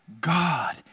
God